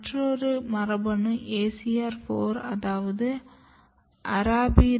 மற்றொரு மரபணு ACR 4 அதாவது ARABIDOPSISCRINKLY 4